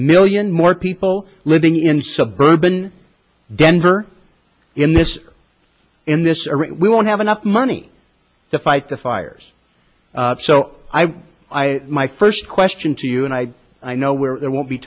million more people living in suburban denver in this in this arena we won't have enough money to fight the fires so i i my first question to you and i i know where there won't be